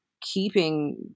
keeping